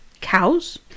cows